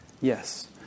Yes